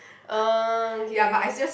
oh okay okay